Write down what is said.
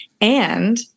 And-